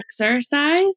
exercise